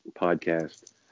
podcast